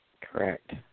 Correct